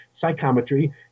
psychometry